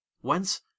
whence